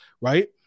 right